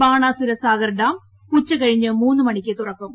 Banasura Sagar dam ഉച്ചക്കഴിഞ്ഞ് മൂന്നു മണിക്ക് തുറക്കും